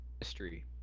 history